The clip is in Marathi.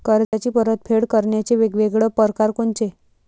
कर्जाची परतफेड करण्याचे वेगवेगळ परकार कोनचे?